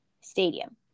Stadium